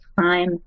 time